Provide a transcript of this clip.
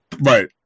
Right